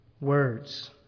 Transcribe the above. words